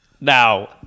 Now